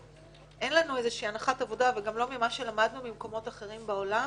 אין לנו הנחת עבודה וגם לא ממה שלמדנו ממקומות אחרים בעולם,